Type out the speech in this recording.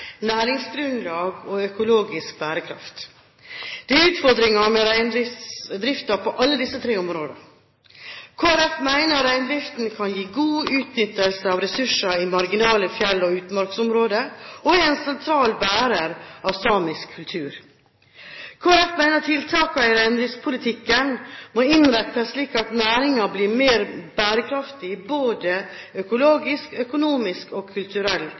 næringsgrunnlag og økologisk bærekraft. Det er utfordringer med reindriften på alle disse tre områdene. Kristelig Folkeparti mener reindriften kan gi en god utnyttelse av ressurser i marginale fjell- og utmarksområder, og at den er en sentral bærer av samisk kultur. Kristelig Folkeparti mener tiltakene i reindriftspolitikken må innrettes slik at næringen blir mer bærekraftig i både økologisk, økonomisk og kulturell